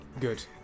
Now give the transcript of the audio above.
good